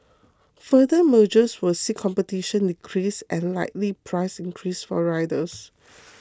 further mergers will see competition decrease and likely price increases for riders